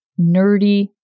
nerdy